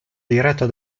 diretto